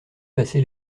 passé